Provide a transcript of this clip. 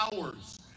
hours